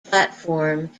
platform